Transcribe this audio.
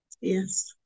Yes